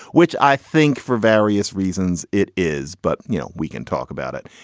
which i think for various reasons it is. but you know, we can talk about it.